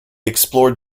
explored